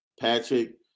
Patrick